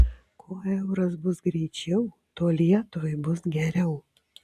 kuo euras bus greičiau tuo lietuvai bus geriau